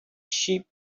sheep